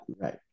Right